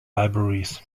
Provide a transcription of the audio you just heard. libraries